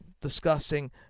discussing